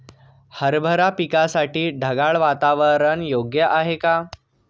हरभरा पिकासाठी ढगाळ वातावरण योग्य आहे का?